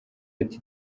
ati